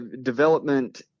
development